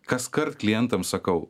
kaskart klientam sakau